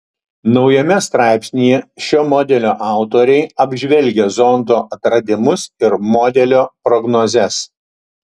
naujame straipsnyje šio modelio autoriai apžvelgia zondo atradimus ir modelio prognozes